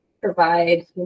provide